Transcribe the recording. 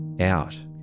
out